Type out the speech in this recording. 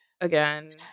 again